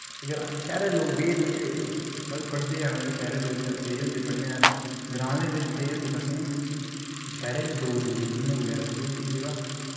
शैह्रै दे लोग बेही रौंह्दे पढ़दे हैन शैह्रे दे लोग पढ़ने गी तेज होंदे ग्रांऽ दे बी बिच्च तेज होंदे पढ़ने गी शैह्रे दे लोग बी जंदे जिम्म बगैरा ओह् बी स्हेई ऐ ब